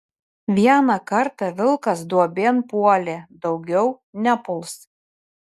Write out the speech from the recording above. vieną kartą vilkas duobėn puolė daugiau nepuls